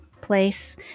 place